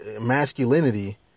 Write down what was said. masculinity